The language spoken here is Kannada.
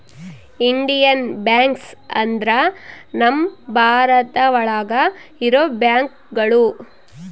ಇಂಡಿಯನ್ ಬ್ಯಾಂಕ್ಸ್ ಅಂದ್ರ ನಮ್ ಭಾರತ ಒಳಗ ಇರೋ ಬ್ಯಾಂಕ್ಗಳು